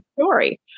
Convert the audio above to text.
story